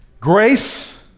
Grace